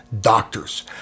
doctors